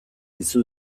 bizi